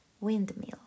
windmill